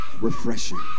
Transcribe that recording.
refreshing